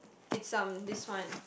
it's um this one